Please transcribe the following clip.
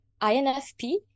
INFP